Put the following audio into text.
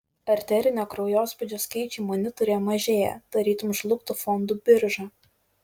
arterinio kraujospūdžio skaičiai monitoriuje mažėja tarytum žlugtų fondų birža